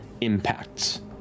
impacts